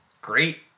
Great